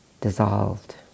dissolved